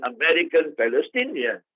American-Palestinian